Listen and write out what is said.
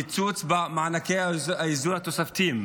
קיצוץ במענקי האיזון התוספתיים,